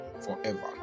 forever